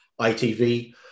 ITV